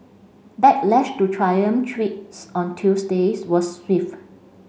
backlash to triumph tweets on Tuesday's was swift